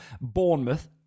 Bournemouth